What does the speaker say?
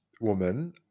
woman